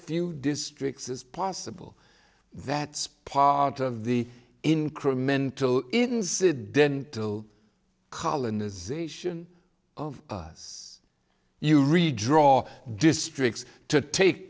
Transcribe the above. few districts as possible that spot of the incremental incidental colonization of us you redraw districts to take